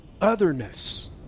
otherness